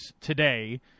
today